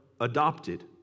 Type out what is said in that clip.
adopted